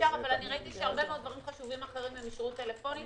אבל ראיתי שהרבה מאוד דברים אחרים הם אישרו טלפונית.